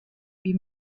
wie